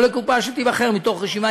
או לקופה שתיבחר מתוך רשימה,